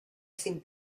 sin